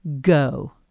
go